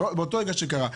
באותו רגע שקרה האסון.